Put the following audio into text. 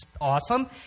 awesome